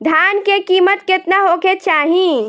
धान के किमत केतना होखे चाही?